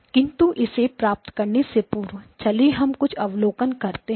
किंतु इसे प्राप्त करने से पूर्व चलिए हम कुछ अवलोकन करते हैं